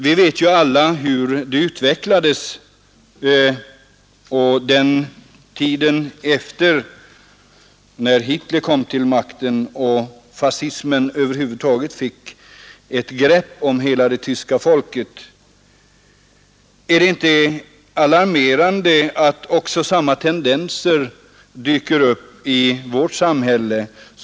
Vi vet ju alla hur utvecklingen blev när Hitler kom till makten och fascismen fick greppet över hela det tyska folket. Är det inte alarmerande att samma tendenser dyker upp i vårt samhälle?